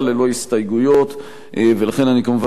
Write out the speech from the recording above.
ולכן אני כמובן מבקש מהכנסת לאשר אותה בקריאה